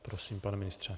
Prosím, pane ministře.